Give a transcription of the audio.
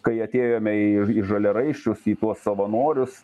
kai atėjome į į žaliaraiščius į tuos savanorius